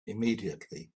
immediately